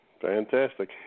Fantastic